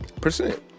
Percent